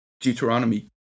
Deuteronomy